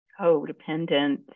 codependent